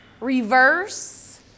reverse